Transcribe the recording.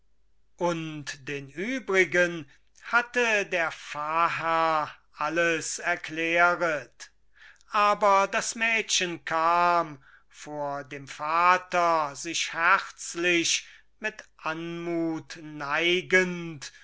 und den übrigen hatte der pfarrherr alles erkläret aber das mädchen kam vor dem vater sich herzlich mit anmut neigend